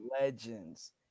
Legends